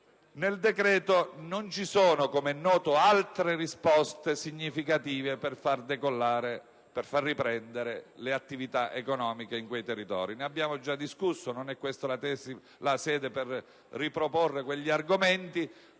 del 2009 non ci sono, come è noto, altre risposte significative per far riprendere le attività economiche in quei territori. Ne abbiamo già discusso e non è questa la sede per riproporre quegli argomenti,